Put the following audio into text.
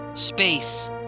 Space